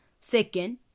Second